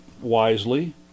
wisely